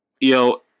Yo